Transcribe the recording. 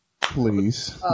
please